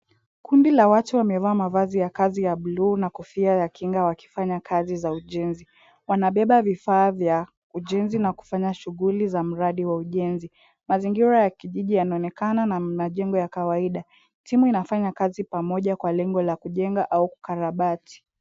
Kundi la watu wamevaa mavazi ya kazi ya bluu na kofia ya kinga wakifanya kazi za ujenzi. Wanabeba vifaa vya ujenzi na kufanya shughuli za mradi wa ujenzi. Mazingira ya kijiji yanaonekana na majengo ya kawaida. Timu inafanya kazi pamoja kwa lengo la kujenga au kukarabati.